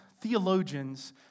theologians